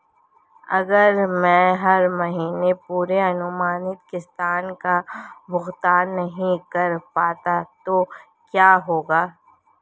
अगर मैं हर महीने पूरी अनुमानित किश्त का भुगतान नहीं कर पाता तो क्या होगा?